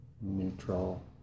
neutral